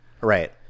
right